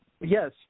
Yes